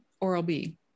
Oral-B